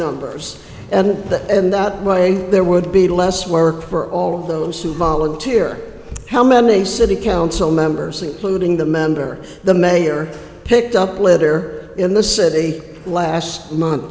numbers and that in that way there would be less work for all of those who volunteer how many city council members including the mender the mayor picked up litter in the city last month